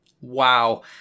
Wow